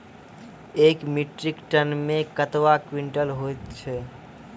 एक metric ton मे कतवा क्वींटल हैत छै?